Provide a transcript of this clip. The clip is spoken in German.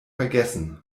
vergessen